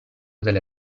delle